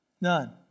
None